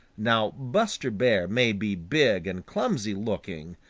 now buster bear may be big and clumsy looking,